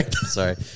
Sorry